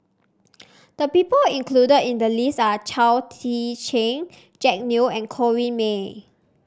the people included in the list are Chao Tzee Cheng Jack Neo and Corrinne May